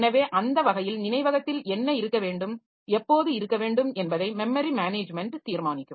எனவே அந்த வகையில் நினைவகத்தில் என்ன இருக்க வேண்டும் எப்போது இருக்க வேண்டும் என்பதை மெமரி மேனேஜ்மென்ட் தீர்மானிக்கும்